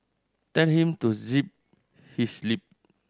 tell him to zip his lip